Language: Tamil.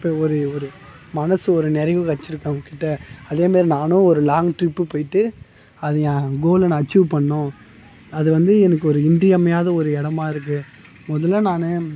இப்போ ஒரு ஒரு மனது ஒரு நிறைவு வச்சிருக்கேன் அவங்கக்கிட்ட அதே மாரி நானும் ஒரு லாங் ட்ரிப்பு போயிட்டு அது ஏன் கோல்லை நான் அச்சீவ் பண்ணணும் அது வந்து எனக்கு ஒரு இன்றிமையாத ஒரு இடமாருக்கு முதல்ல நானும்